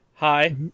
Hi